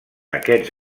aquests